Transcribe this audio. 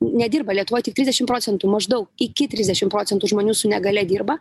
nedirba lietuvoj tik trisdešim procentų maždaug iki trisdešim procentų žmonių su negalia dirba